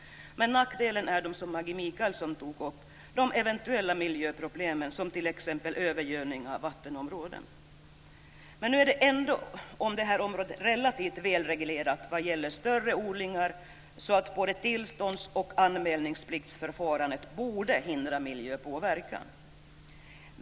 Men nackdelen är, såsom Maggi Mikaelsson tog upp, eventuella miljöproblem som t.ex. övergödning av vattenområden. Nu är ändå det här området relativt välreglerat vad gäller större odlingar, och både tillstånds och anmälningspliktsförfarandet borde därför hindra miljöpåverkan.